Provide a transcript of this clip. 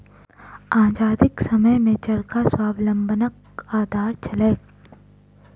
आजादीक समयमे चरखा स्वावलंबनक आधार छलैक